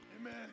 Amen